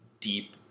deep